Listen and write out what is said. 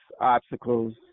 obstacles